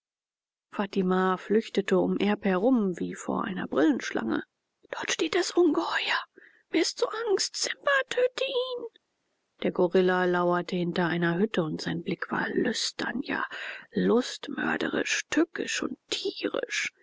flüchtete um erb herum wie vor einer brillenschlange dort steht das ungeheuer mir ist so angst simba töte ihn der gorilla lauerte hinter einer hütte und sein blick war lüstern ja lustmörderisch tückisch und tierisch